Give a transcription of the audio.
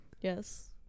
Yes